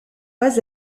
pas